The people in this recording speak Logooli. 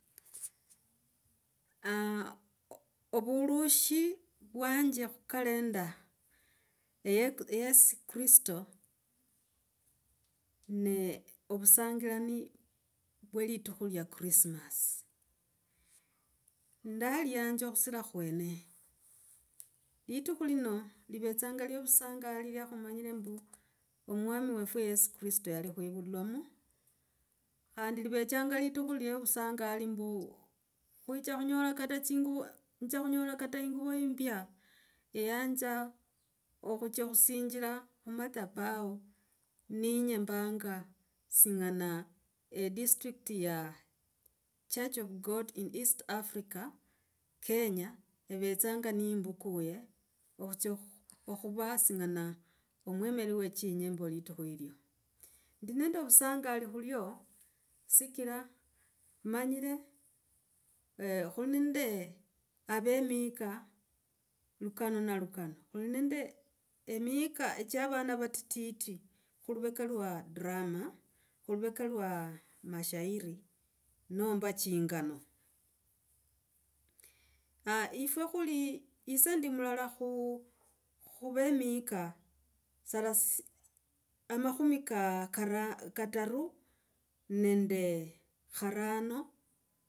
Haa, ovuroshi vwanje khukalenda, eyek yesu kristo, ne ovusangilani vwe litikhu lya krismas. Ndaliyanja khusira khwene. Litukhu lino livetsanga lya ovusangali lyakhumanyire mbu, mwami wofwe yesu kristo yali khwivulamo. Khandi livechanga litukhu lya ovusangali mbu khwicha khunyola kata tsinguvu, khwicha khunyola kata inguvu imbya, eyanza, okhutsia khusingila khu madhabau ne nyembanga singana district ya church of God in East Africa, Kenya ivetsanga nimbukuye, okhotio okhopa sing'ana, omwemiri we chinyimbo litukhu ilyo. Ndi nende ovusangali khulio, sikira manyire eeh, khuli nende ave mika lukano na lukano, khuli nende, emika cha avana vatiti khuluveka lwa drama, khuluveka lwa mashairi, nomba chingano. Aah yifwe khuli ise ndi mulala khuu khuve miika, saraa ss, amakhumikaa kara kataru, nende karano.